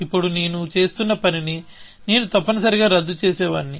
ఇప్పుడు నేను చేస్తున్న పనిని నేను తప్పనిసరిగా రద్దు చేసేవాడిని